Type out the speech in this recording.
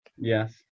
Yes